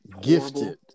gifted